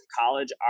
college